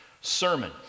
sermon